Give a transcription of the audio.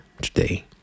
today